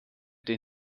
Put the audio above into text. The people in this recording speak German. den